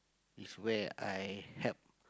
is where I help